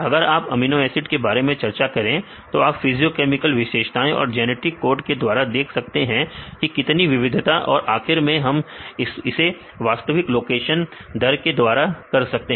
अगर आप amino acid के बारे में चर्चा करें तो आप फिजियोकेमिकल विशेषताएं और जेनेटिक कोड के द्वारा देख सकते हैं कि कितनी विविधता है और आखिर में हम इसे वास्तविक लोकेशन दर के द्वारा कर सकते हैं